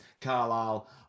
Carlisle